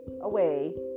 away